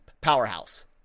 Powerhouse